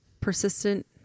persistent